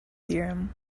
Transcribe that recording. theorem